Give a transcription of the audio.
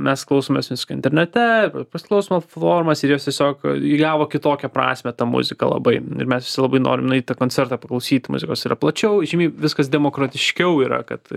mes klausomės visko internete pasiklausymo platformas ir jos tiesiog įgavo kitokią prasmę ta muzika labai ir mes visi labai norim nueit į koncertą paklausyt muzikos ir plačiau žymiai viskas demokratiškiau yra kad